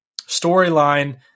storyline